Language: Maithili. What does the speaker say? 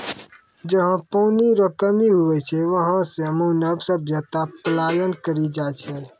जहा पनी रो कमी हुवै छै वहां से मानव सभ्यता पलायन करी जाय छै